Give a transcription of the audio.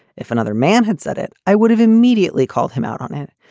if another man had said it, i would have immediately called him out on it.